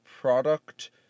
product